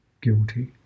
guilty